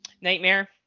Nightmare